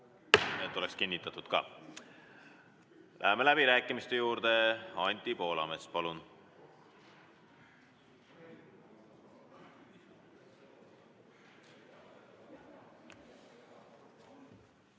Et oleks kinnitatud ka. Läheme läbirääkimiste juurde. Anti Poolamets, palun!